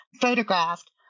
photographed